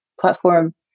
platform